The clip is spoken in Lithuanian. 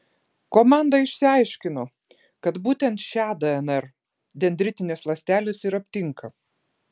komanda išsiaiškino kad būtent šią dnr dendritinės ląstelės ir aptinka